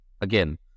again